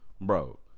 Bro